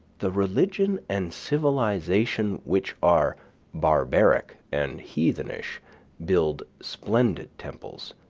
the religion and civilization which are barbaric and heathenish build splendid temples